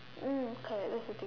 mm correct that's the thing